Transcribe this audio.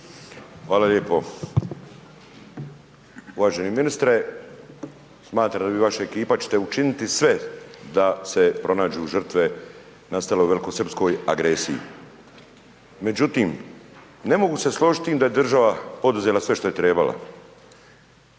Hvala lijepo, uvaženi ministre smatram da vi i vaša ekipa ćete učiniti sve da se pronađu žrtve nastale u velikosrpskoj agresiji. Međutim, ne mogu se složiti s tim da je država poduzela sve što je trebala,